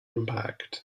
impact